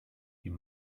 you